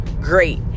great